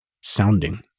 sounding